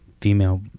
female